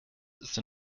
ist